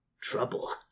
trouble